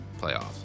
playoffs